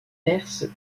perse